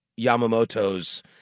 Yamamoto's